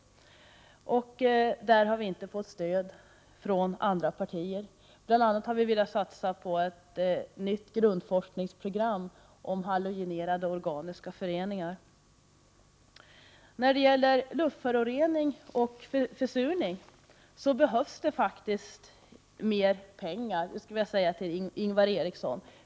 Vi har inte fått något stöd ifrån andra partier. Vi har bl.a. velat satsa på ett nytt grundforskningsprogram avseende halogenerade organiska föreningar. När det gäller luftförorening och försurning behövs det faktiskt mer pengar. Jag skulle vilja vända mig särskilt till Ingvar Eriksson.